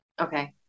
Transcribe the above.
Okay